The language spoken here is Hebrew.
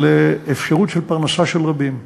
אפשרות של פרנסה של רבים.